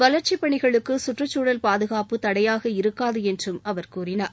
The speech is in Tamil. வளர்ச்சிப்பணிகளுக்கு கற்றுச்சூழல் பாதுகாப்பு தடையாக இருக்காது என்றும் அவர் கூறினார்